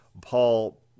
Paul